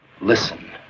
listen